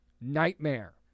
nightmare